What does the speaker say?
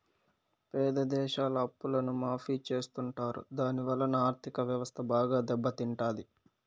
పేద దేశాల అప్పులను మాఫీ చెత్తుంటారు దాని వలన ఆర్ధిక వ్యవస్థ బాగా దెబ్బ తింటాది